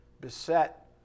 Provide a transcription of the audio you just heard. beset